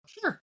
Sure